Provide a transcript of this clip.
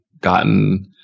gotten